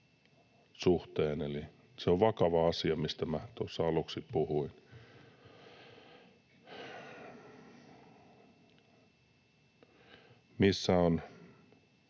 suhteen. Se on vakava asia, mistä minä tuossa aluksi puhuin. Missä ovat